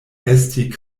estis